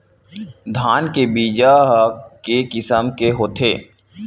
धान के बीजा ह के किसम के होथे?